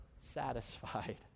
satisfied